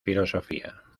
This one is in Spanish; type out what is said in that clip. filosofía